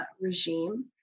regime